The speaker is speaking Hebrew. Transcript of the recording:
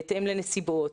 בהתאם לנסיבות,